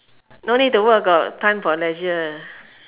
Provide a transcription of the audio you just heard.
no need to work got time for leisure